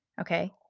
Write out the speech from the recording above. Okay